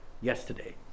yesterday